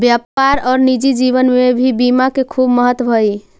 व्यापार और निजी जीवन में भी बीमा के खूब महत्व हई